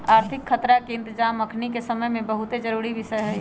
आर्थिक खतरा के इतजाम अखनीके समय में बहुते जरूरी विषय हइ